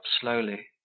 slowly